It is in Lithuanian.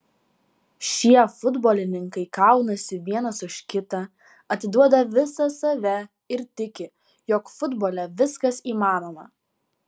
šie futbolininkai kaunasi vienas už kitą atiduoda visą save ir tiki jog futbole viskas įmanoma